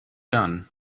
done